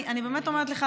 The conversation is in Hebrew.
אני באמת אומר לך,